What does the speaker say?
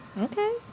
Okay